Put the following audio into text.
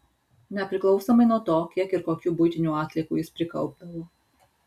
nepriklausomai nuo to kiek ir kokių buitinių atliekų jis prikaupdavo